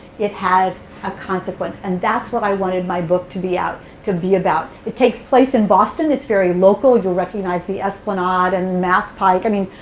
it has a consequence. and that's what i wanted my book to be able to be about. it takes place in boston. it's very local. you'll recognize the esplanade and masspike. i mean,